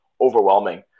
overwhelming